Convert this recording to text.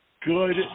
good